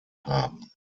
haben